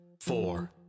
four